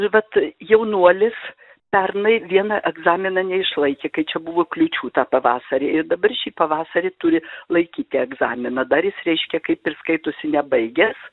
vat jaunuolis pernai vieno egzamino neišlaikė kai čia buvo kliūčių tą pavasarį ir dabar šį pavasarį turi laikyti egzaminą dar jis reiškia kaip ir skaitosi nebaigęs